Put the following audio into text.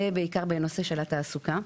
ובעיקר בנושא התעסוקה.